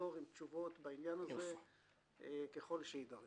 ולחזור עם תשובות בעניין הזה, ככל שיידרש.